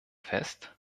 fest